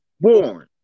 born